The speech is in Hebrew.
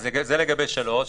זה לגבי (3).